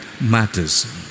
matters